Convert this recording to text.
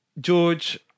George